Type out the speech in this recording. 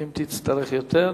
אם תצטרך יותר,